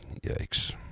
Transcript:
Yikes